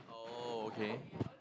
oh okay